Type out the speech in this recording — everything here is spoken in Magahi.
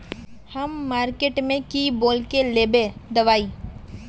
हम मार्किट में की बोल के लेबे दवाई?